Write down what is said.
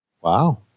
Wow